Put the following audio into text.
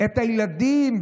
את הילדים,